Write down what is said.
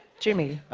jimmy.